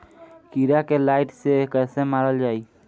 कीड़ा के लाइट से कैसे मारल जाई?